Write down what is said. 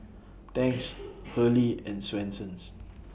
Tangs Hurley and Swensens